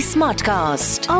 Smartcast